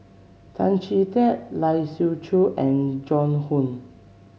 Tan Chee Teck Lai Siu Chiu and Joan Hon